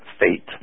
fate